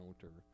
counter